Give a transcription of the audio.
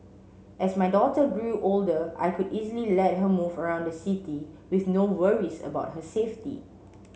as my daughter grew older I could easily let her move around the city with no worries about her safety